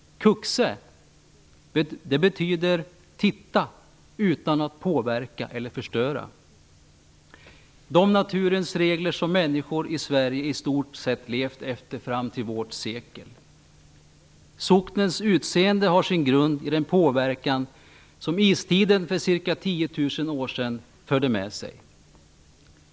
Kuxä betyder titta, men utan att påverka eller förstöra naturens regler som människor i Sverige i stort sett levt efter fram till vårt sekel. Socknens utseende har sin grund i den påverkan som istiden för ca 10 000 år sedan förde med sig.